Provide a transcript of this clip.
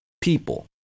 people